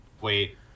Wait